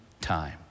time